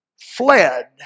fled